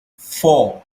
four